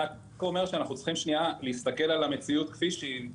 אני רק אומר שאנחנו צריכים להסתכל על המציאות כפי שהיא,